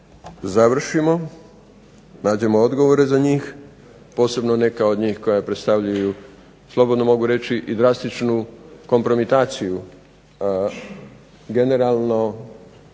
završimo, nađemo odgovore za njih, posebna neka od njih koja predstavljaju slobodno mogu reći i drastičnu kompromitaciju